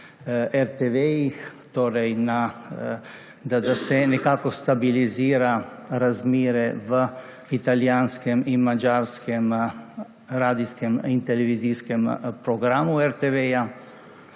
RTV, torej da se nekako stabilizirajo razmere v italijanskem in madžarskem radijskem in televizijskem programu RTV-ja.